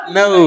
no